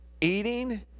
Eating